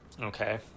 Okay